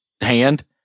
hand